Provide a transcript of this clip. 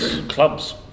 clubs